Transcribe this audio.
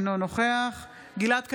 אינו נוכח גלעד קריב,